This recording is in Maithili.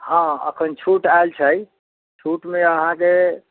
हँ अखन छूट आएल छै छूटमे अहाँकेँ